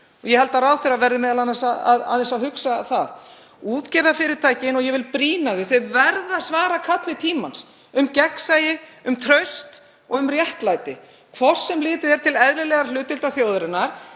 Ég held að ráðherra verði m.a. aðeins að hugsa það. Útgerðarfyrirtækin — og ég vil brýna þau — verða að svara kalli tímans um gegnsæi, um traust og um réttlæti, hvort sem litið er til eðlilegrar hlutdeildar þjóðarinnar